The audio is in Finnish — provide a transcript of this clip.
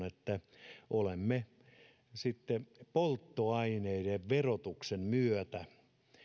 että olemme polttoaineiden verotuksen myötä